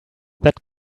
that